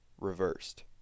reversed